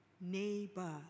neighbor